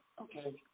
okay